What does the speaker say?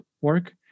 work